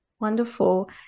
Wonderful